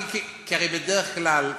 כי הרי בדרך כלל,